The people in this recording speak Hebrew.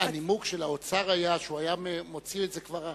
הנימוק של האוצר היה שהוא היה מוציא את זה כבר השנה,